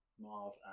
Marv